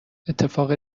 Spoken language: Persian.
اتفاق